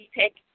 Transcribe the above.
take